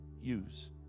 Use